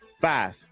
five